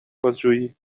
بازجویی